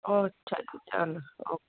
ਓ ਛੱਡ ਚੱਲ ਓਕੇ